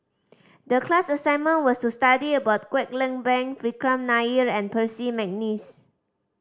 the class assignment was to study about Kwek Leng Beng Vikram Nair and Percy McNeice